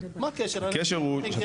אתה